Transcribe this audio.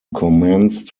commenced